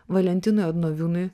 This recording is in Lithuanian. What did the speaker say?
valentinui adnoviūnui